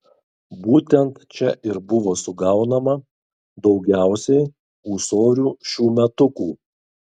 būtent čia ir buvo sugaunama daugiausiai ūsorių šiųmetukų